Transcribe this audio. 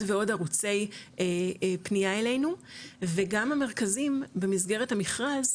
ועוד ערוצי פנייה אלינו וגם המרכזים במסגרת המכרז,